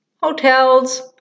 hotels